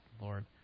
lord